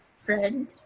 friend